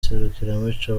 serukiramuco